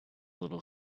little